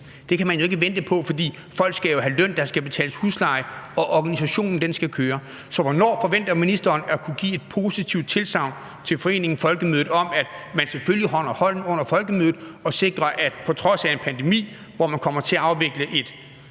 Det kan man jo ikke vente på, for folk skal jo have løn, der skal betales husleje, og organisationen skal køre. Så hvornår forventer ministeren at kunne give et positivt tilsagn til Foreningen Folkemødet om, at man selvfølgelig holder hånden under Folkemødet og sikrer, at man – på trods af en pandemi, hvor man kommer til at afvikle et